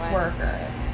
workers